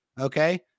Okay